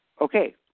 Okay